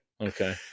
Okay